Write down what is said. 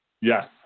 Yes